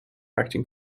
acting